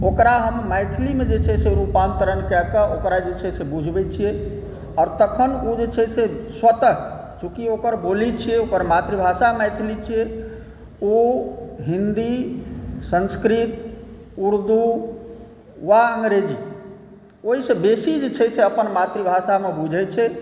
ओकरा हम मैथिलीमे जे छै से रूपांतरण कए कऽ ओकरा जे छै बुझबै छियै आर तखन ओ जे छै से स्वतः चुॅंकि ओकर बोली छियै ओकर मातृभाषा मैथिली छियै ओ हिंदी संस्कृत उर्दू वा अंग्रेज़ी ओहिसॅं बेसी जे छै अपन मातृभाषामे बुझै छै